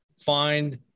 find